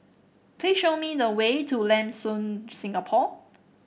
please show me the way to Lam Soon Singapore